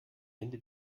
ende